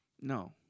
No